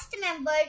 member